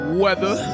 weather